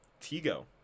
Tigo